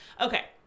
Okay